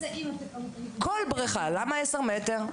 --- כל בריכה, למה עשר מטר?